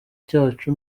cyacu